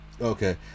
Okay